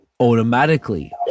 automatically